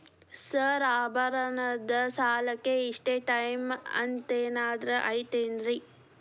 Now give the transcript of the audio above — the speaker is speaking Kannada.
ಸರ್ ಆಭರಣದ ಸಾಲಕ್ಕೆ ಇಷ್ಟೇ ಟೈಮ್ ಅಂತೆನಾದ್ರಿ ಐತೇನ್ರೇ?